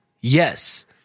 Yes